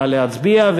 נא להצביע,